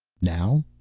now?